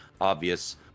obvious